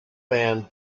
band